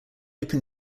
open